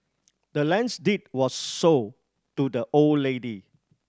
the land's deed was sold to the old lady